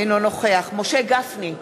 אינו נוכח משה גפני,